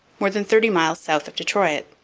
more than thirty miles south of detroit.